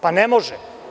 Pa, ne može.